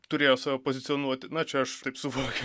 turėjo save pozicionuoti na čia aš taip suvokiu